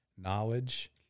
knowledge